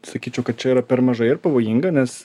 sakyčiau kad čia yra per mažai ir pavojinga nes